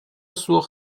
суох